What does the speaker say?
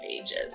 ages